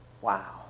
Wow